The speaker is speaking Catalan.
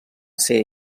ser